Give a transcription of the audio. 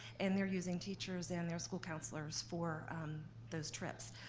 and they're using teachers and their school counselors for those trips.